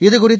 இதுகுறித்து